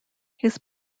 his